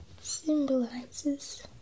symbolizes